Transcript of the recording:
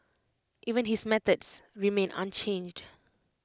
even his methods remain unchanged